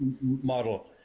model